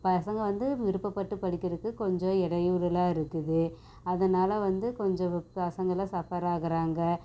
பசங்கள் வந்து விருப்பப்பட்டு படிக்கிறதுக்கு கொஞ்சம் இடையூறலா இருக்குது அதனால் வந்து கொஞ்சம் பசங்கள்லாம் சஃபர் ஆகுறாங்க